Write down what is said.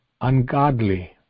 ungodly